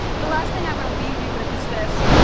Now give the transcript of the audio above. the last thing i'm going to leave you with is this.